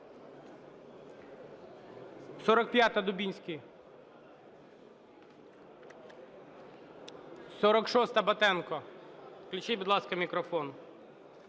45-а, Дубінський. 46-а, Батенко. Включіть, будь ласка, мікрофон.